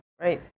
Right